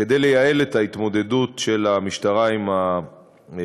כדי לייעל את ההתמודדות של המשטרה עם התופעה